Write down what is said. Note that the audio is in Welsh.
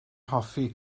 hoffi